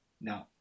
no